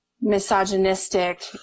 misogynistic